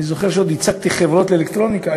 אני זוכר שעוד ייצגתי חברות אלקטרוניקה,